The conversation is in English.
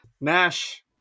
Nash